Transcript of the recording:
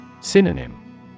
Synonym